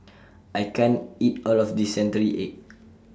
I can't eat All of This Century Egg